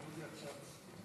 הרווחה והבריאות.